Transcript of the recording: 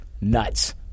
nuts